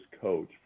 coach